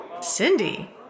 Cindy